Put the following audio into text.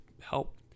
help